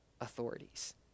authorities